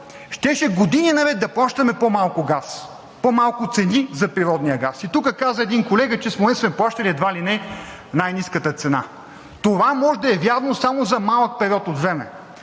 щеше години наред да плащаме по-малко газ, по-малко цени за природния газ. И тук каза един колега, че сме плащали едва ли не най-ниската цена. Това може да е вярно само за малък период от време.